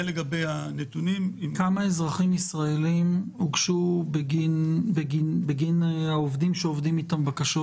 בכמה ישראלים מדובר שהוגשו בגין העובדים שלהם בקשות